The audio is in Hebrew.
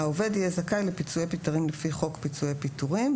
העובד יהיה זכאי לפיצויי פיטורים לפי חוק פיצויי פיטורים,